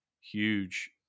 huge